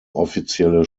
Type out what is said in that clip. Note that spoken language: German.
offizielle